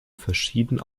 verschieden